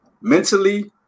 mentally